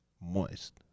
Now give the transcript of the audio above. moist